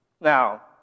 Now